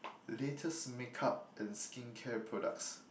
latest makeup and skincare products